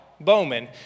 Bowman